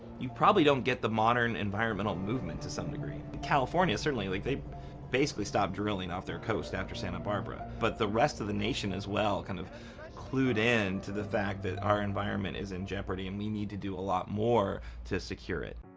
you probably don't get the modern environmental movement to some degree. california certainly, like they basically stopped drilling off their coast after santa barbara. but the rest of the nation as well, kind of clued in to the fact that our environment is in jeopardy and we need to do a lot more to secure it.